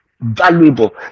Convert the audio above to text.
valuable